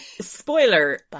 spoiler